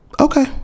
Okay